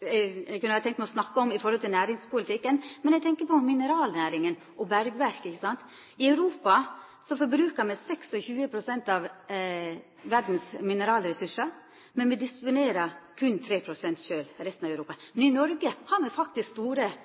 eg kunne ha tenkt meg å snakka om i tilknyting til næringspolitikken – eg tenkjer på mineralnæringa og bergverksnæringa. I Europa forbrukar me 26 pst. av verdas mineralressursar, men me disponerer berre 3 pst. sjølve. Noreg har faktisk store